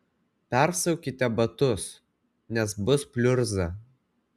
persiaukite batus nes bus pliurza